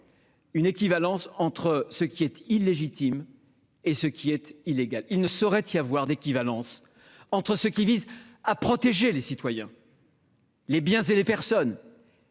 d'équivalence entre ce qui est illégitime et ce qui est illégal. Il ne saurait exister d'équivalence entre ce qui vise à protéger les citoyens, les biens ou les personnes